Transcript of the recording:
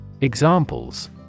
Examples